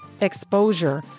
exposure